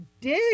dig